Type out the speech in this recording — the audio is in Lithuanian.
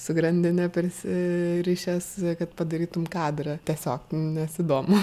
su grandine prisirišęs kad padarytum kadrą tiesiog nes įdomu